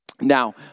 Now